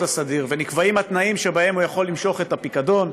הסדיר ואת התנאים שבהם הוא יכול למשוך את הפיקדון,